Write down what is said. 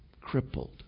crippled